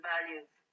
Values